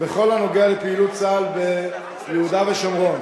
בכל הנוגע לפעילות צה"ל ביהודה ושומרון.